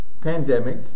pandemic